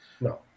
No